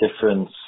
difference